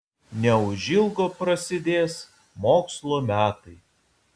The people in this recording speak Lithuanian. neužilgo prasidės mokslo metai